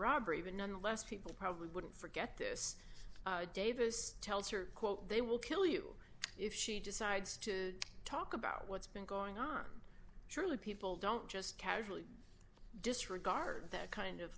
robbery but nonetheless people probably wouldn't forget this davis tells her quote they will kill you if she decides to talk about what's been going on surely people don't just casually disregard that kind of